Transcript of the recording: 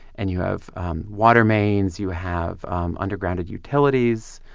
and you have water mains, you have um underground and utilities.